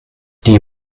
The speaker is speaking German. die